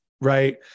Right